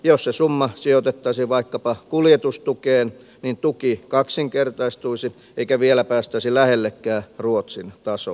jos se summa sijoitettaisiin vaikkapa kuljetustukeen niin tuki kaksinkertaistuisi eikä vielä päästäisi lähellekään ruotsin tasoa